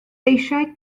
eisiau